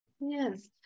Yes